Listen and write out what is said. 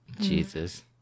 Jesus